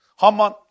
Haman